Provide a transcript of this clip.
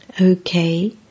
Okay